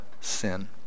sin